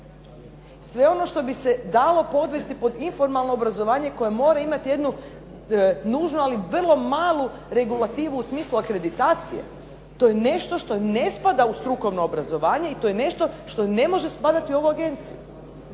sve ono što bi se dali podvesti pod informalno obrazovanje koje mora imati jednu nužnu ali vrlo malu regulativu u smislu akreditacije, to je nešto što ne spada u strukovno obrazovanje i to je nešto što ne spada u ovu agenciju,